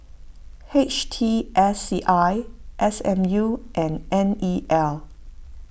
H T S C I S M U and N E L